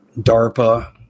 DARPA